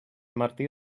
martí